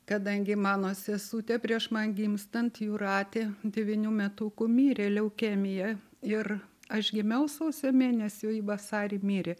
kadangi mano sesutė prieš man gimstant jūratė devynių metukų mirė leukemija ir aš gimiau sausio mėnesį o ji vasarį mirė